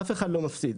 אף אחד לא מפסיד,